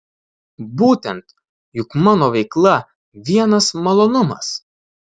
būtent juk mano veikla vienas malonumas